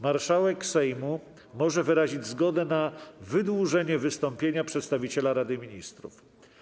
Marszałek Sejmu może wyrazić zgodę na wydłużenie wystąpienia przedstawiciela Rady Ministrów.